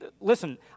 listen